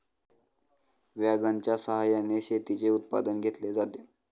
वॅगनच्या सहाय्याने शेतीचे उत्पादन घेतले जाते